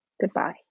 Goodbye